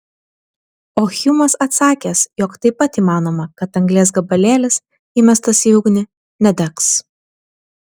o hjumas atsakęs jog taip pat įmanoma kad anglies gabalėlis įmestas į ugnį nedegs